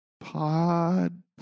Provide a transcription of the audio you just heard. pod